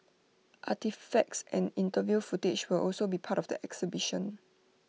artefacts and interview footage will also be part of the exhibition